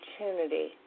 opportunity